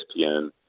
ESPN